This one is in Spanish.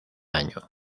año